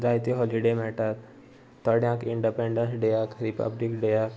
जायते हॉलिडे मेळटात थोड्यांक इंडपेंडंस डेयाक रिपब्लीक डेयाक